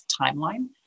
timeline